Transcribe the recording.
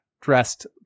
dressed